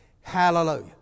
Hallelujah